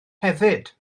hefyd